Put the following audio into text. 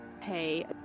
pay